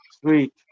Sweet